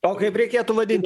o kaip reikėtų vadint